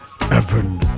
Evan